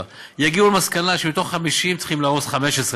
ויגיעו למסקנה שמתוך 50 צריך להרוס 15,